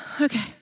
Okay